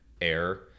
air